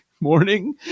morning